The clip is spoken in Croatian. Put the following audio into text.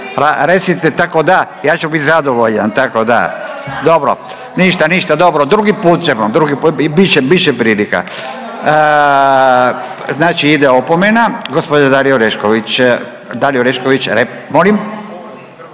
recite tako da, ja ću bit zadovoljan, tako da, dobro, ništa, ništa, dobro, drugi put ćemo, drugi put, bit će, bit će prilika. Znači ide opomena. Gđa. Dalija Orešković, Dalija